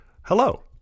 hello